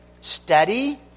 steady